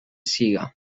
siga